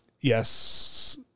Yes